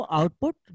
output